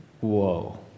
Whoa